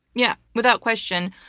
yeah. without question.